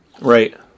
Right